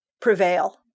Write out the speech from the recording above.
prevail